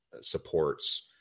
supports